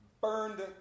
burned